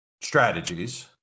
strategies